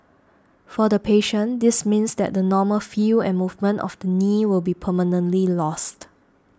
for the patient this means that the normal feel and movement of the knee will be permanently lost